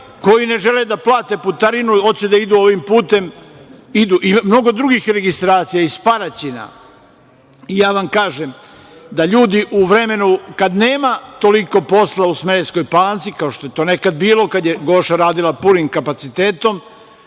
koji ne žele da plate putarinu hoće da idu ovim putem i mnogo drugih registracija, iz Paraćina. Kažem vam da ljudi u vremenu kad nema toliko posla u Smederevskoj Palanci, kao što je to nekada bilo kada je „Goša“ radila punim kapacitetom,